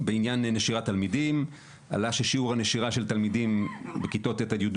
בעניין נשירת תלמידים עלה ששיעור הנשירה של תלמידים בכיתות ט'-יב'